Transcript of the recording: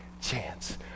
chance